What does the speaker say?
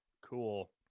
Cool